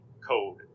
code